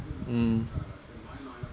mm